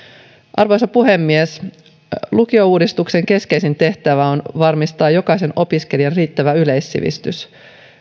arvoisa puhemies lukiouudistuksen keskeisin tehtävä on varmistaa jokaisen opiskelijan riittävä yleissivistys